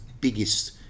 biggest